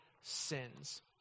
sins